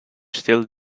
still